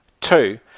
two